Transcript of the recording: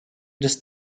des